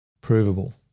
provable